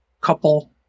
couple